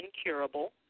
incurable